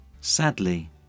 Sadly